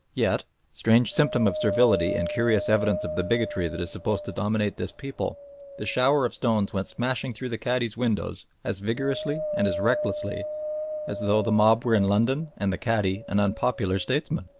yet strange symptom of servility and curious evidence of the bigotry that is supposed to dominate this people the shower of stones went smashing through the cadi's windows as vigorously and as recklessly as though the mob were in london and the cadi an unpopular statesman!